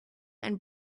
and